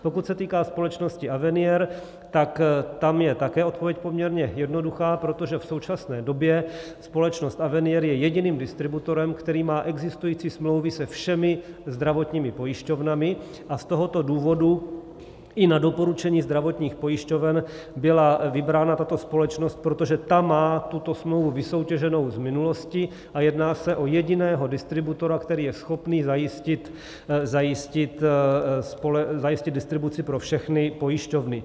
Pokud se týká společnosti Avenier, tak tam je také odpověď poměrně jednoduchá, protože v současné době společnost Avenier je jediným distributorem, který má existující smlouvy se všemi zdravotními pojišťovnami, a z tohoto důvodu i na doporučení zdravotních pojišťoven byla vybrána tato společnost, protože ta má tuto smlouvu vysoutěženou z minulosti a jedná se o jediného distributora, který je schopný zajistit distribuci pro všechny pojišťovny.